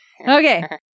Okay